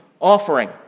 offering